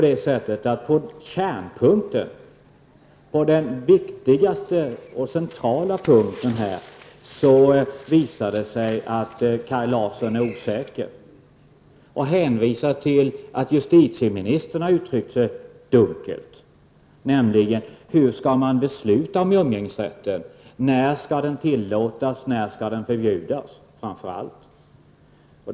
I själva kärnpunkten -- den viktigaste och centrala punkten i frågan -- visade det sig att Kaj Larsson är osäker. Han hänvisar till att justitieministern har uttryckt sig dunkelt om hur man skall besluta om umgängesrätten. När skall den tillåtas, och, framför allt, när skall den förbjudas?